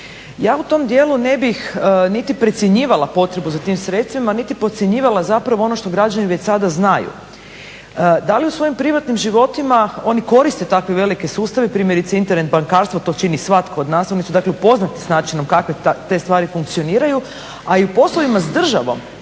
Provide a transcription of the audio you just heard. Ja u tom dijelu ne bih niti precjenjivala potrebu za tim sredstvima, niti podcjenjivala zapravo ono što građani već sada znaju. Da li u svojim privatnim životima oni koriste takve velike sustave, primjerice Internet bankarstvo, to čini svatko od nas, oni su dakle upoznati s načinom kakve te stvari funkcioniraju, a i u poslovima s državom